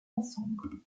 ensemble